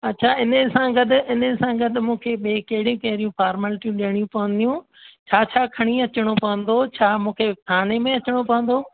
अच्छा हिन सां गॾु हिन सां गॾु मूंखे ॿिए कहिड़े कहिड़ियूं फॉर्मेलिटियूं ॾेणियूं पवंदियूं छा छा खणी अचिणो पवंदो छा मूंखे थाने में अचणो पवंदो